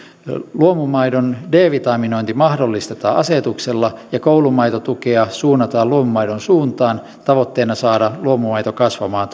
luomumaidon d vitaminointi mahdollistetaan asetuksella ja koulumaitotukea suunnataan luomumaidon suuntaan tavoitteena saada luomumaidon osuus kasvamaan